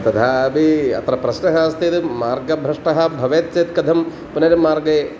तथापि अत्र प्रश्नः अस्ति यत् मार्गभ्रष्टः भवेत् चेत् कथं पुनः मार्गे